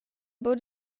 buca